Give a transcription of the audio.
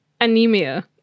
Anemia